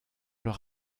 leur